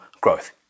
growth